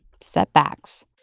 setbacks